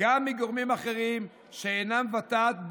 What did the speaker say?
גם מגורמים אחרים שאינם ות"ת,